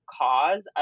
cause